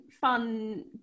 fun